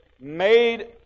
made